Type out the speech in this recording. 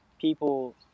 people